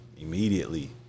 immediately